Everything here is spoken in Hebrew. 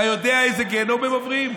אתה יודע איזה גיהינום הם עוברים?